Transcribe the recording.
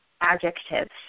adjectives